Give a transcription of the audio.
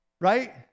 Right